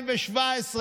אוחנה,